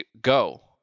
go